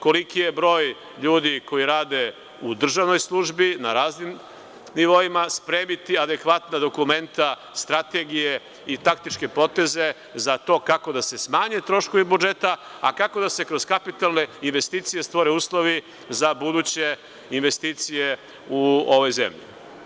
Koliki je broj ljudi koji rade u državnoj službi, na raznim nivoima, spremiti adekvatna dokumenta, strategije i taktičke poteze za to kako da se smanje troškovi budžeta, a kako da se kroz kapitalne investicije stvore uslovi za buduće investicije u ovoj zemlji.